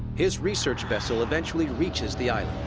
his research vessel eventually reaches the